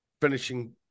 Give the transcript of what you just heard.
finishing